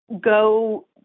go –